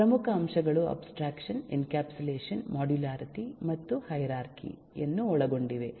ಪ್ರಮುಖ ಅಂಶಗಳು abstraction encapsulation modularity ಮತ್ತು ಹೈರಾರ್ಚಿ ಯನ್ನು ಒಳಗೊಂಡಿವೆ